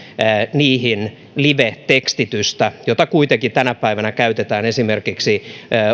niihin livetekstitystä jota kuitenkin tänä päivänä käytetään esimerkiksi